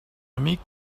amic